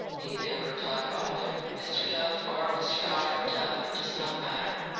either, replied arthur. mr. dove, or mr. alfred dove. it does not matter.